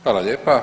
Hvala lijepa.